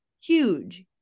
Huge